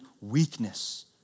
weakness